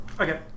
okay